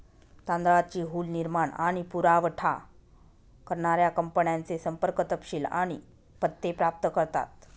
तांदळाची हुल निर्माण आणि पुरावठा करणाऱ्या कंपन्यांचे संपर्क तपशील आणि पत्ते प्राप्त करतात